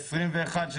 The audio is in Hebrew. לכן